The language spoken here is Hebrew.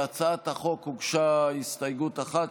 להצעת החוק הוגשה הסתייגות אחת,